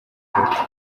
abatutsi